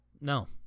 No